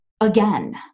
Again